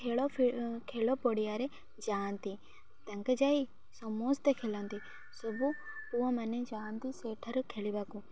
ଖେଳ ଖେଳ ପଡ଼ିଆରେ ଯାଆନ୍ତି ତାଙ୍କ ଯାଇ ସମସ୍ତେ ଖେଳନ୍ତି ସବୁ ପୁଅମାନେ ଯାଆନ୍ତି ସେଠାରେ ଖେଳିବାକୁ